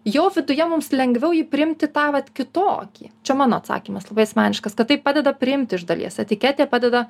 jau viduje mums lengviau jį priimti tą vat kitokį čia mano atsakymas labai asmeniškas kad tai padeda priimti iš dalies etiketė padeda